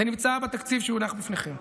זה נמצא בתקציב שהונח בפניכם,